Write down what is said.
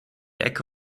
ecke